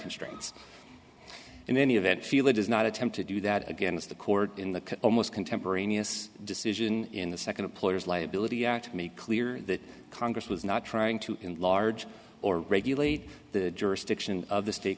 constraints in any event feel or does not attempt to do that again is the court in the almost contemporaneous decision in the second to players liability act made clear that congress was not trying to enlarge or regulate the jurisdiction of the state